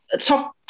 top